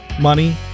money